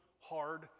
hard